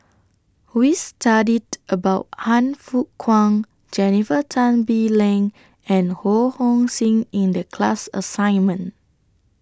We studied about Han Fook Kwang Jennifer Tan Bee Leng and Ho Hong Sing in The class assignment